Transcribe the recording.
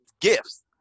gifts